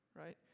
right